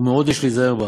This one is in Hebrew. "ומאוד יש ליזהר בה,